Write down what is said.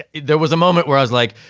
there was a moment where i was like,